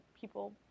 people